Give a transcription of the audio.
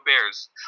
Bears